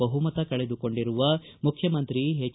ಬಹುಮತ ಕಳೆದುಕೊಂಡಿರುವ ಮುಖ್ಡಮಂತ್ರಿ ಎಚ್